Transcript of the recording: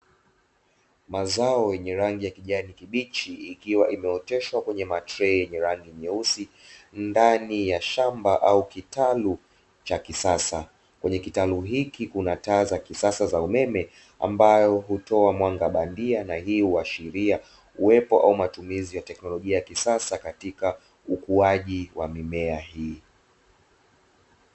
Mazao yenye rangi ya kijani kibichi ikiwa imeoteshwa kwenye matrei yenye rangi nyeusi ndani ya shamba au kitalu cha kisasa. Kwenye kitalu hiki kuna taa za kisasa za umeme ambayo hutoa mwanga bandia na hii huashiria uwepo au matumizi ya teknolojia ya kisasa katika ukuaji wa mimea hii.